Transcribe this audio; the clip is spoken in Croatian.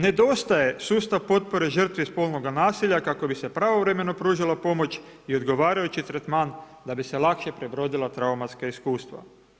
Nedostaje sustav potpore žrtvi spolnoga nasilja kako bi se pravovremeno pružila pomoći o dogovarajući tretman da bise lakša prebrodila traumatska iskustva.